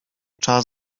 czas